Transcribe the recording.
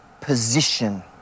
position